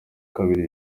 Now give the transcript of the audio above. kabiri